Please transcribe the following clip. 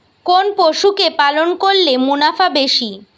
কোন পশু কে পালন করলে মুনাফা বেশি?